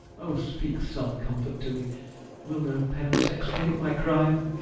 oh speak some comfort to me will no penance expiate my crime?